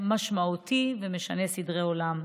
משמעותיות ומשנות סדרי עולם.